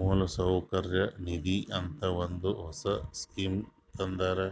ಮೌಲಸೌಕರ್ಯ ನಿಧಿ ಅಂತ ಒಂದ್ ಹೊಸ ಸ್ಕೀಮ್ ತಂದಾರ್